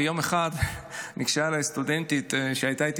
ויום אחד ניגשה אליי סטודנטית שהייתה איתי